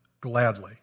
gladly